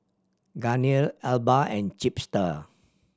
Garnier Alba and Chipster